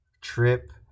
trip